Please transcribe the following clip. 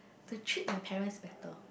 to treat my parents better